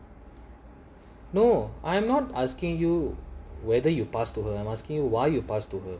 no I'm not asking you whether you pass to her I'm asking you why you pass to her